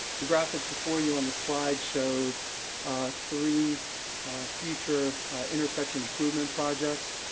the graphic before you on the slide shows three future intersection improvements projects,